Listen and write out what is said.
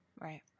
Right